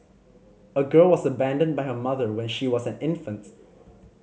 a girl was abandoned by her mother when she was an infant